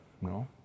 no